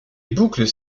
boucles